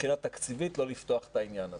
מבחינה תקציבית לא לפתוח את העניין הזה,